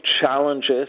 challenges